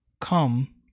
come